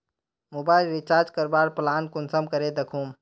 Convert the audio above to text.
Mobile recharge करवार plan कुंसम करे दखुम?